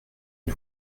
une